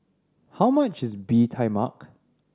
how much is Bee Tai Mak